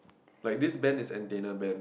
like this band is antenna band